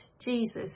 Jesus